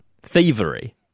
thievery